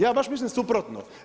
Ja baš mislim suprotno.